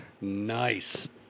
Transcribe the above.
Nice